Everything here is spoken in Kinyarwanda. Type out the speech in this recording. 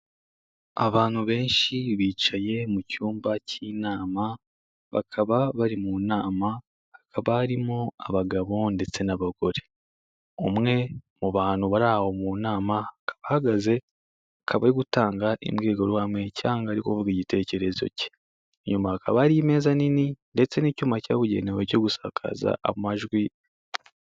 Abantu benshi bicaye mu cyumba cy'inama, bakaba bari mu nama, hakaba harimo abagabo ndetse n'abagore. Umwe mu bantu bari aho mu nama, akaba ahagaze, akaba ari gutanga imbwirwaruhame cyangwa ari ukuvuga igitekerezo cye. Inyuma hakaba hari imeza nini ndetse n'icyuma cyabugenewe cyo gusakaza amajwi...